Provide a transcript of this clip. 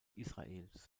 israels